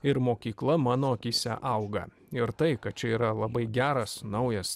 ir mokykla mano akyse auga ir tai kad čia yra labai geras naujas